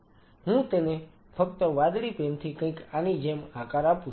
હું તેને ફક્ત વાદળી પેનથી કંઈક આની જેમ આકાર આપું છું